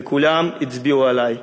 וכולם הצביעו עלי ואמרו: